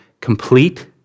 complete